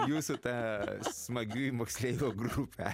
jūsų ta smagiųjų moksleivių grupė